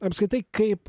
apskritai kaip